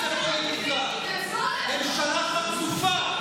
ממשלה חצופה.